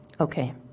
Okay